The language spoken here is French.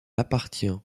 appartient